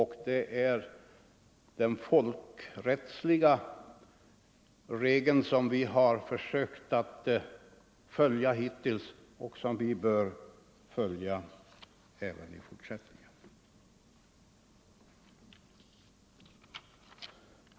Hittills har vi försökt följa de folkrättsliga reglerna och det bör vi göra även i fortsättningen.